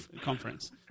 conference